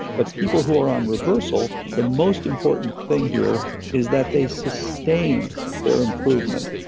but people who are on reversal, the most important thing here is that they sustain their improvement,